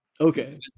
Okay